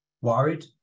worried